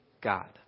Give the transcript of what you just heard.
God